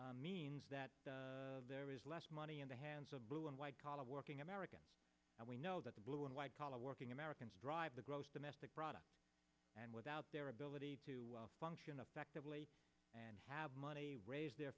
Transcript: means that there is less money in the hands of blue and white collar working america and we know that blue and white collar working americans drive the gross domestic product and without their ability to function effectively and have money raise their